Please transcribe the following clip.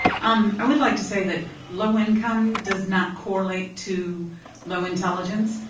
um, i would like to say that low income does not correlate to low intelligence.